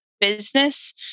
business